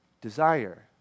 desire